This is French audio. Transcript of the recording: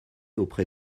auprès